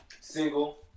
single